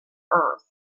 earth